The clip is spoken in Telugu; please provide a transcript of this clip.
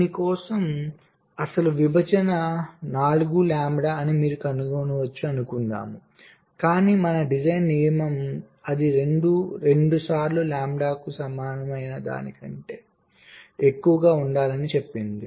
దీని కోసం అసలు విభజన 4 లాంబ్డా అని మీరు కనుగొనవచ్చు అనుకుందాం కాని మన డిజైన్ నియమం అది రెండుసార్లు లాంబ్డాకు సమానమైన దానికంటే ఎక్కువగా ఉండాలని చెప్పింది